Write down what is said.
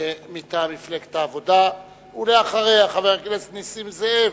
מטעם מפלגת העבודה, ולאחריה, חבר הכנסת נסים זאב,